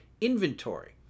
inventory